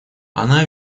она